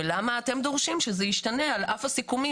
ולמה אתם דורשים שזה ישתנה על עף הסיכומים